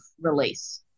release